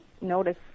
notice